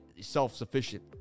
self-sufficient